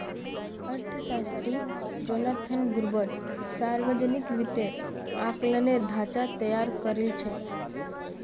अर्थशास्त्री Jonathan Gruber सावर्जनिक वित्तेर आँकलनेर ढाँचा तैयार करील छेक